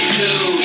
two